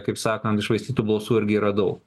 kaip sakant iššvaistytų balsų irgi yra daug